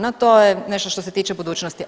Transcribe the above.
No to je nešto što se tiče budućnosti.